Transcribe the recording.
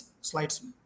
slides